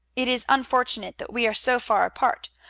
it is unfortunate that we are so far apart.